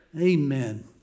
Amen